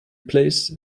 plays